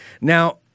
Now